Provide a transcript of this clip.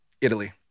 Italy